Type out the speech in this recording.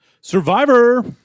Survivor